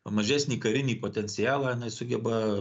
mažesnį karinį potencialą jinai sugeba